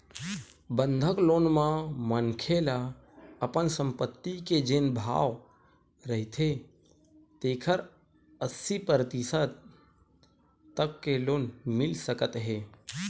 बंधक लोन म मनखे ल अपन संपत्ति के जेन भाव रहिथे तेखर अस्सी परतिसत तक के लोन मिल सकत हे